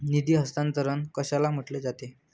निधी हस्तांतरण कशाला म्हटले जाते?